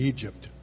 Egypt